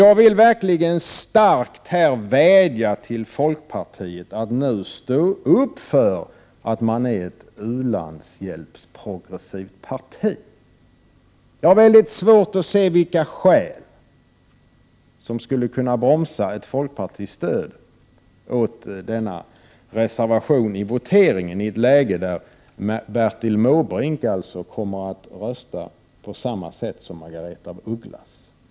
Jag vill verkligen starkt vädja till folkpartiet att nu stå upp för att vara ett u-landshjälpsprogressivt parti. Jag har mycket svårt att se vilka skäl som skulle kunna bromsa ett folkpartistöd för denna reservation i voteringen i ett läge då Bertil Måbrink kommer att rösta på samma sätt som Margareta af Ugglas.